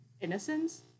innocence